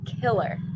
Killer